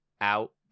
out